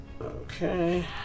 Okay